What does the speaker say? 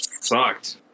sucked